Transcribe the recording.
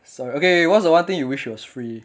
sorry okay okay what's the one thing you wish was free